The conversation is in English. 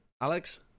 Alex